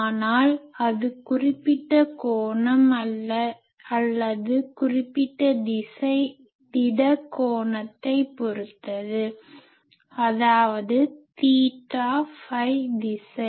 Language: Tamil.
ஆனால் அது குறிப்பிட்ட கோணம் அல்லது குறிப்பிட்ட திசை திட கோணத்தைப் பொறுத்தது அதாவது தீட்டா ஃபை திசை